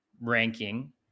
ranking